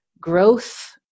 growth